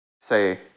say